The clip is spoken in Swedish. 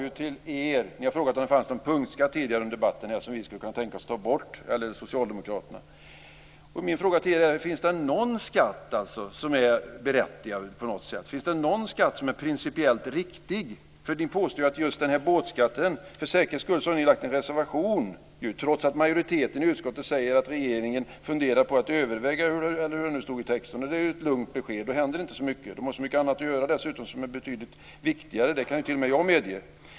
Ni har tidigare i debatten frågat om det fanns någon punktskatt som vi, eller socialdemokraterna, skulle kunna tänka oss att ta bort. Min fråga till er är: Finns det någon skatt som är berättigad på något sätt? Finns det någon skatt som är principiellt riktig? Beträffande den här båtskatten har ni ju för säkerhets skull lagt en reservation trots att majoriteten i utskottet säger att regeringen funderar på att överväga eller hur det nu stod i texten. Det är ju ett lugnt besked. Då händer det inte så mycket. De har dessutom så mycket annat att göra som är betydligt viktigare - det kan t.o.m. jag medge.